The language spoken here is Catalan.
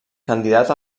candidat